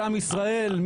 מציל את עם ישראל מקללה.